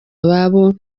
ababo